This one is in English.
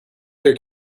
their